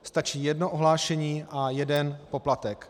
Stačí jedno ohlášení a jeden poplatek.